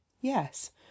Yes